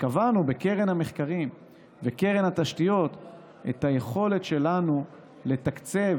וקבענו בקרן המחקרים וקרן התשתיות את היכולת שלנו לתקצב